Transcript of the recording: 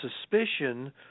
suspicion